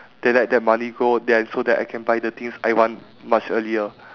then let that money grow then so that I can buy the things I want much earlier